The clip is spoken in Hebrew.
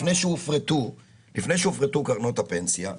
לפני שהופרטו קרנות הפנסיה,